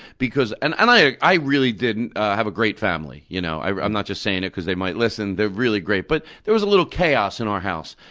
because and i really did have a great family. you know i'm not just saying it because they might listen. they're really great. but there was a little chaos in our house,